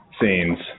scenes